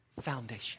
foundation